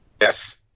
Yes